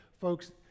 Folks